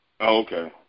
Okay